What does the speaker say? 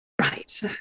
Right